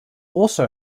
also